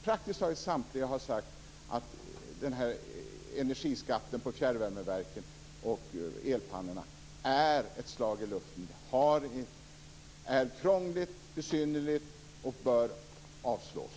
Praktiskt taget samtliga har sagt att energiskatten på fjärrvärmeverken och elpannorna är ett slag i luften, att den är krånglig och besynnerlig och bör avslås.